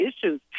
issues